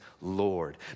Lord